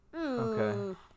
Okay